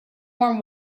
warm